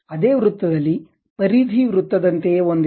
ಅದೇ ವೃತ್ತದಲ್ಲಿ ಪರಿಧಿ ವೃತ್ತದಂತೆಯೇ ಒಂದಿದೆ